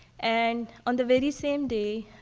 and on the very same day,